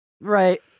Right